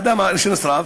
האדם שנשרף.